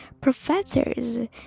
professors